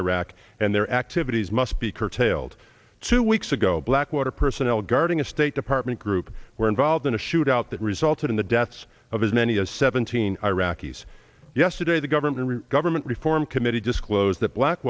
iraq and their activities must be curtailed two weeks ago blackwater personnel guarding a state department group were involved in a shoot out that resulted in the deaths of as many as seventeen iraqis yesterday the government government reform committee disclosed that black